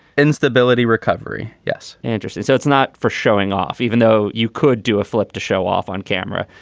instability, recovery. yes. interesting. so it's not for showing off, even though you could do a flip to show off on camera.